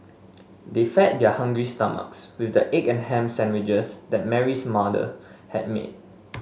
they fed their hungry stomachs with the egg and ham sandwiches that Mary's mother had made